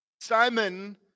Simon